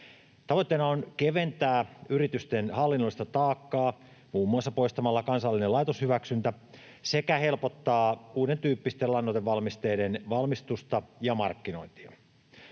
Tavoitteena on keventää yritysten hallinnollista taakkaa muun muassa poistamalla kansallinen laitoshyväksyntä sekä helpottaa uudentyyppisten lannoitevalmisteiden valmistusta ja markkinointia.